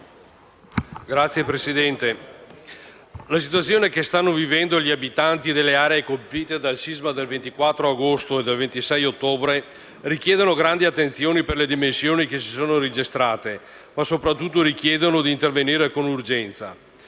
la situazione che stanno vivendo gli abitanti delle aree colpite dal sisma del 24 agosto e del 26 ottobre richiede grande attenzione per le dimensioni che si sono registrate, ma soprattutto richiede di intervenire con urgenza.